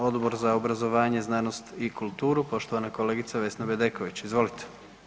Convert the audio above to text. Odbor za obrazovanje, znanost i kulturu, poštovana kolegica Vesna Bedeković, izvolite.